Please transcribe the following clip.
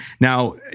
Now